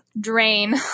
drain